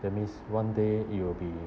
that means one day it will be